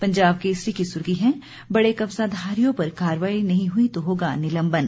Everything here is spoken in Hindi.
पंजाब केसरी की सुर्खी है बड़े कब्जाधारियों पर कार्रवाई नहीं हुई तो होगा निलंबन